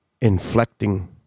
inflecting